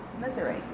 misery